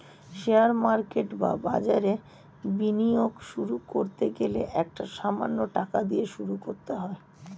share market বা বাজারে বিনিয়োগ শুরু করতে গেলে একটা সামান্য টাকা দিয়ে শুরু করতে হয়